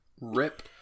Rip